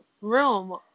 room